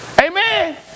Amen